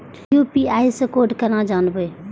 UPI से code केना जानवै?